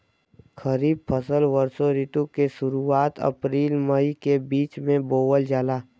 खरीफ फसल वषोॅ ऋतु के शुरुआत, अपृल मई के बीच में बोवल जाला